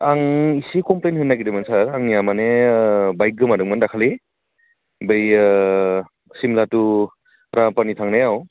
आं इसे कमप्लेन होनो नागिरदोंमोन सार आंनिया माने बाइक गोमादोंमोन दाखालि बैयो सिमला टु राङापानि थांनायाव